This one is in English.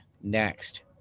next